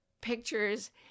pictures